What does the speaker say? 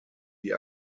die